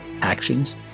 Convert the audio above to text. actions